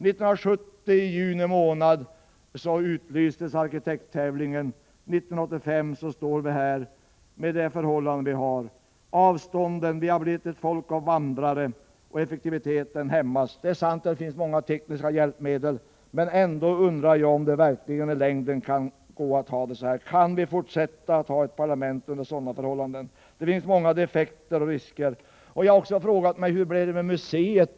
I juni månad 1970 utlystes en arkitekttävling. 1985 står vi här och förhållandena är som de är. Jag tänker då på avstånden här i huset. Vi har blivit ett vandrande folk. Effektiviteten hämmas. Det är sant att det finns många tekniska hjälpmedel. Ändå undrar jag om det i längden verkligen går att ha det så här. Kan vi fortsätta att ha ett parlament som skall fungera under sådana förhållanden? Det finns många defekter och risker. Vidare har jag frågat mig: Hur blev det med museet?